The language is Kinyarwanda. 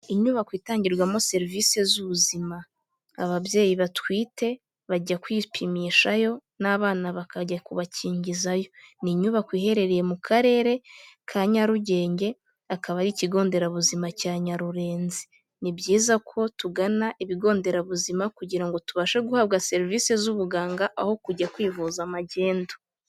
Inyubako itangirwamo serivisi z'ubuzima, ababyeyi batwite bajya kwipimishayo n'abana bakajya kubakingizayo, ni inyubako iherereye mu karere ka nyarugenge akaba ari ikigo nderabuzima cya nyarurenzi. Ni byiza ko tugana ibigo nderabuzima kugira ngo tubashe guhabwa serivisi z'ubuganga aho kujya kwivuza magendu.